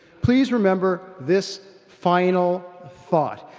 please remember this final thought.